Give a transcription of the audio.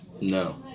No